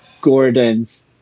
Gordon's